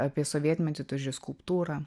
apie sovietmetį tu žiūri skulptūrą